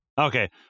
Okay